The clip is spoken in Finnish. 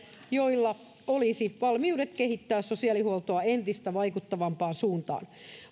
joilla olisi valmiudet kehittää sosiaalihuoltoa entistä vaikuttavampaan suuntaan